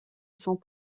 sont